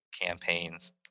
campaigns